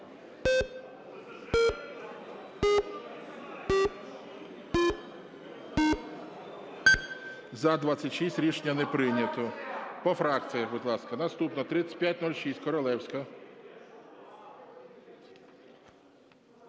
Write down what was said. За-26 Рішення не прийнято. По фракціях, будь ласка. Наступна 3506. Королевська.